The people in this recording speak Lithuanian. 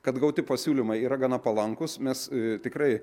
kad gauti pasiūlymai yra gana palankūs mes tikrai